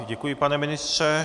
Děkuji, pane ministře.